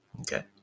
Okay